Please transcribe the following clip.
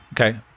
Okay